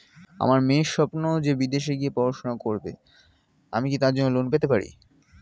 আমার মেয়ের স্বপ্ন সে বিদেশে গিয়ে পড়াশোনা করবে আমি কি তার জন্য লোন পেতে পারি?